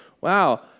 Wow